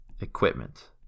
equipment